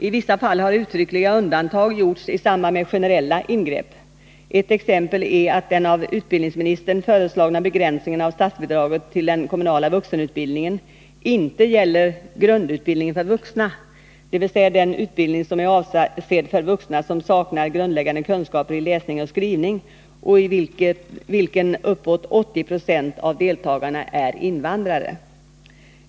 I vissa fall har uttryckliga undantag gjorts i samband med generella ingrepp. Ett exempel är att den av utbildningsministern föreslagna begränsningen av statsbidraget till den kommunala vuxenutbildningen inte gäller grundutbildningen för vuxna, dvs. den utbildning som är avsedd för vuxna som saknar grundläggande kunskaper i läsning och skrivning, och i vilken uppåt 80 26 av deltagarna är invandrare.